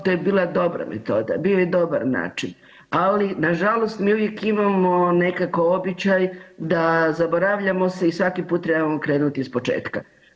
To je bila dobra metoda, bio je dobar način, ali nažalost mi uvijek imamo nekako običaj da zaboravljamo i svaki put trebamo krenuti ispočetka.